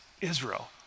Israel